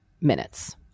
minutes